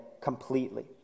completely